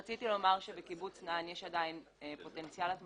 זה מתקן מחזור, תחנת מעבר זו תחנת